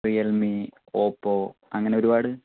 Realme Oppo അങ്ങനെ ഒരുപാട്